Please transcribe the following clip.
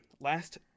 Last